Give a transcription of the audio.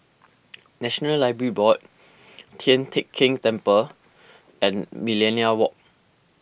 National Library Board Tian Teck Keng Temple and Millenia Walk